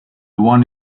one